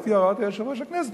לפי הוראת יושב-ראש הכנסת,